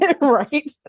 Right